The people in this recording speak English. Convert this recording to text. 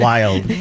Wild